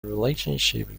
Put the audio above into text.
relationship